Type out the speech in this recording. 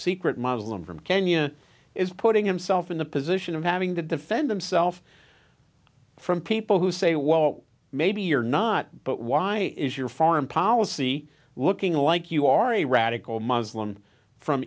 secret muslim from kenya is putting himself in the position of having to defend himself from people who say well maybe you're not but why is your foreign policy looking like you are a radical muslim from